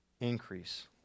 increase